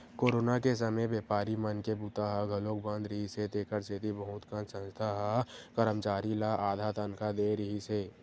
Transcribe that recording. corona के समे बेपारी मन के बूता ह घलोक बंद रिहिस हे तेखर सेती बहुत कन संस्था ह करमचारी ल आधा तनखा दे रिहिस हे